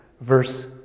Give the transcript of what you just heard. verse